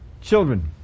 children